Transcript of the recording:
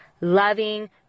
loving